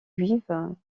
juive